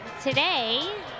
today